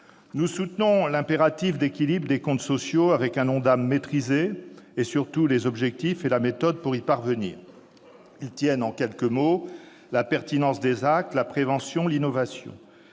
Nous soutenons l'impératif d'équilibre des comptes sociaux, avec un ONDAM maîtrisé et, surtout, les objectifs et la méthode pour y parvenir. Ceux-ci tiennent en quelques mots : pertinence des actes, prévention et innovation.